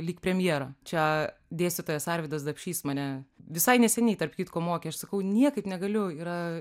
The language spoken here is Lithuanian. lyg premjerą čia dėstytojas arvydas dapšys mane visai neseniai tarp kitko mokė aš sakau niekaip negaliu yra